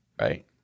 right